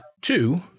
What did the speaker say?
two